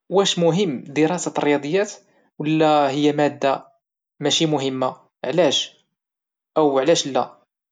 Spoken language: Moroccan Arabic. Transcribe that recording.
واش مهم دراسة الرياضيات ولا هي مادو ماشي مهمه علاش أوعلاش لا؟